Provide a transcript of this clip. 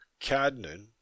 Cadnan